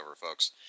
folks